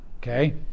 okay